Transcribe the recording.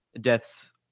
deaths